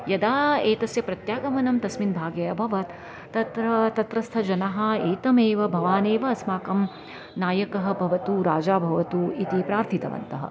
यदा एतस्य प्रत्यागमनं तस्मिन् भागे अभवत् तत्र तत्रस्थ जनाः एतमेव भवान् एव अस्माकं नायकः भवतु राजा भवतु इति प्रार्थितवन्तः